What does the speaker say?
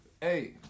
Hey